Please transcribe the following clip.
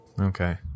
Okay